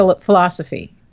philosophy